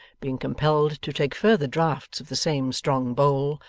being compelled to take further draughts of the same strong bowl,